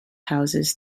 houses